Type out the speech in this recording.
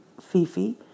Fifi